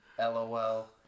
Lol